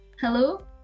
Hello